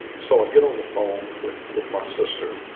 so, i get on the phone with with my sister,